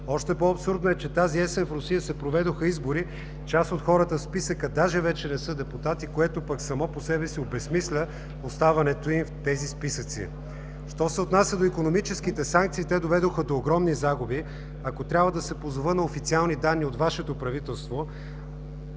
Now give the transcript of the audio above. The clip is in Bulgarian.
Още по-абсурдно е, че тази есен в Русия се проведоха избори и част от хората в списъка даже вече не са депутати, което пък само по себе си обезсмисля оставането им в тези списъци. Що се отнася до икономическите санкции, те доведоха до огромни загуби. Ако трябва да се позова на официални данни от Вашето правителство,